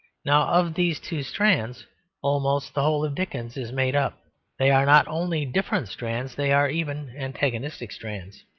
now of these two strands almost the whole of dickens is made up they are not only different strands, they are even antagonistic strands.